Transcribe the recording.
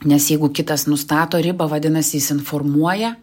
nes jeigu kitas nustato ribą vadinasi jis informuoja